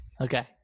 Okay